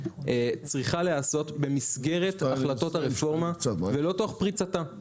צריכה להיעשרות במסגרת החלטות הרפורמה ולא תוך פריצתה.